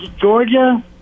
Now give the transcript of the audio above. Georgia